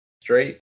straight